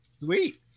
sweet